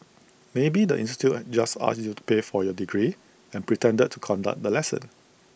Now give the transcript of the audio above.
maybe the institute just asked you to pay for your degree and pretended to conduct the lesson